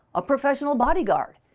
a professional body guard,